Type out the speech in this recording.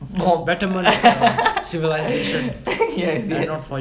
ya yes yes